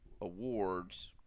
Awards